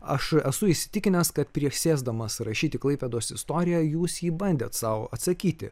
aš esu įsitikinęs kad prieš sėsdamas rašyti klaipėdos istoriją jūs jį bandėte sau atsakyti